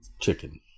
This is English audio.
chicken